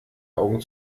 augen